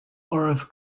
oraibh